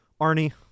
Arnie